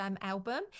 album